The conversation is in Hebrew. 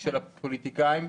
של הפוליטיקאים.